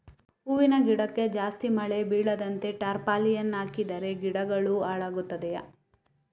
ಹೂವಿನ ತೋಟಕ್ಕೆ ಜಾಸ್ತಿ ಮಳೆ ಬೀಳದಂತೆ ಟಾರ್ಪಾಲಿನ್ ಹಾಕಿದರೆ ಗಿಡಗಳು ಹಾಳಾಗುತ್ತದೆಯಾ?